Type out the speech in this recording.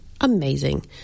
Amazing